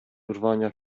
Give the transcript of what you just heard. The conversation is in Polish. urwania